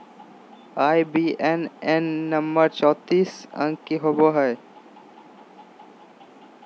IBAN number चौतीस अंक के होवो हय